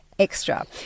extra